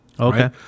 Okay